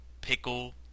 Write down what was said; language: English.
Pickle